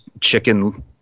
chicken –